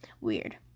weird